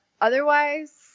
otherwise